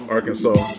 Arkansas